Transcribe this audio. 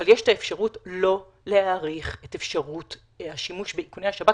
אבל יש את האפשרות שלא להאריך את אפשרות השימוש באיכוני השב"כ,